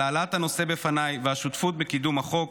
על העלאת הנושא בפניי והשותפות בקידום החוק.